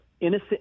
innocent